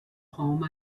home